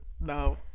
No